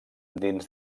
dins